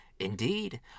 Indeed